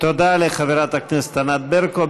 תודה לחברת כנסת ענת ברקו.